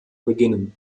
beginnen